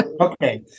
Okay